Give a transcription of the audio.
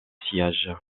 sillage